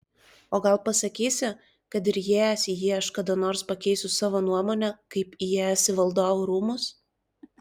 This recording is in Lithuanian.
o gal pasakysi kad ir įėjęs į jį aš kada nors pakeisiu savo nuomonę kaip įėjęs į valdovų rūmus